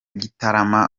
gitarama